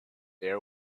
air